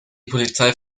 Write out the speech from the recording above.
polizei